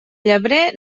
llebrer